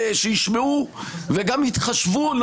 שישמעו וגם יתחשבו?